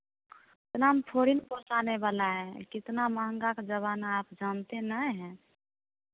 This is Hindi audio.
इतना में थोड़ी न पहुँचाने वाला है कितना महँगा का ज़माना आप जानते नहीं हैं